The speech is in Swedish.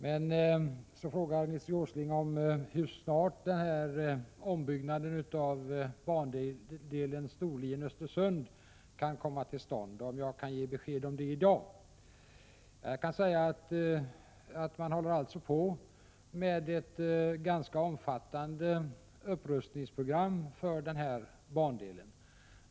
Nils G. Åsling frågar hur snart en ombyggnad av bandelen Storlien Östersund kan komma till stånd — om jag kan ge besked om det i dag. Jag kan säga att man håller på med ett ganska omfattande upprustningsprogram för den aktuella bandelen.